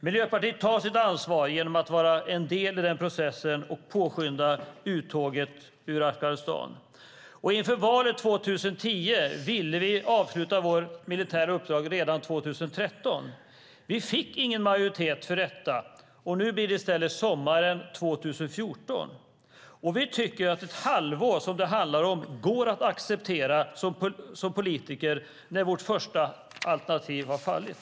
Miljöpartiet tar sitt ansvar genom att vara en del i den processen och påskynda uttåget ur Afghanistan. Inför valet 2010 ville vi avsluta vårt militära uppdrag i Afghanistan redan 2013. Vi fick inte majoritet för detta. Nu blir det i stället sommaren 2014, och vi tycker att det halvår som det handlar om går att acceptera som politiker när vårt första alternativ har fallit.